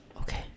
Okay